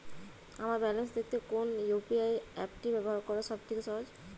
আমার ব্যালান্স দেখতে কোন ইউ.পি.আই অ্যাপটি ব্যবহার করা সব থেকে সহজ?